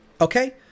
okay